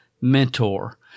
mentor